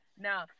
Now